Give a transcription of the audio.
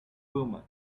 woman